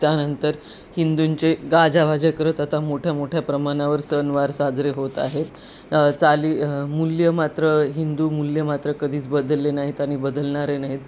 त्यानंतर हिंदूंचे गाजावाजा करत आता मोठ्या मोठ्या प्रमाणावर सणवार साजरे होत आहेत चाली मूल्य मात्र हिंदू मूल्य मात्र कधीच बदलले नाहीत आणि बदलणारही नाहीत